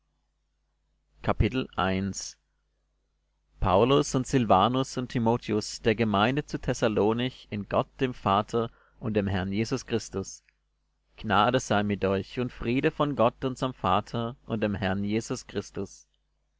paulus und silvanus und timotheus der gemeinde zu thessalonich in gott dem vater und dem herrn jesus christus gnade sei mit euch und friede von gott unserm vater und dem herrn jesus christus